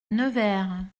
nevers